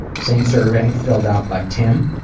same survey filled out by tim.